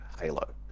halo